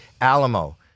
Alamo